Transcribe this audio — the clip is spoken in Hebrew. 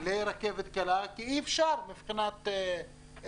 לרכבת קלה כי אי אפשר מבחינת הנדסה,